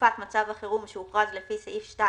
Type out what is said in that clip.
מצב החירום שהוכרז לפי סעיף 2